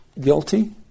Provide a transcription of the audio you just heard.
guilty